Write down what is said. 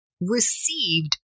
received